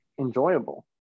enjoyable